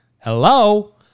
Hello